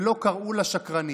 ולא קראו לה שקרנית,